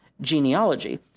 genealogy